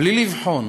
בלי לבחון